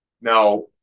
now